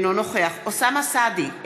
אינו נוכח אוסאמה סעדי,